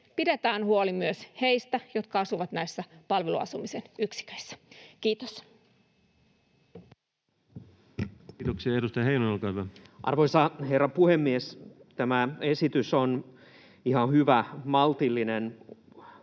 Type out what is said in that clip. Pidetään huoli myös heistä, jotka asuvat näissä palveluasumisen yksiköissä. — Kiitos. Kiitoksia. — Edustaja Heinonen, olkaa hyvä. Arvoisa herra puhemies! Tämä esitys on ihan hyvä, maltillinen